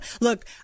Look